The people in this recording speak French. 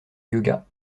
yoga